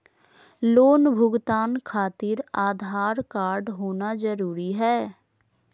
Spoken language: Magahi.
लोन भुगतान खातिर आधार कार्ड होना जरूरी है?